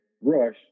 rush